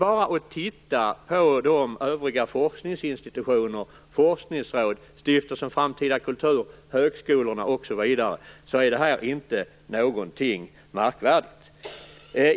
När man ser på övriga forskningsinstitutioner, forskningsråd, Stiftelsen Framtidens kultur, högskolorna osv., framstår inte detta som någonting märkvärdigt.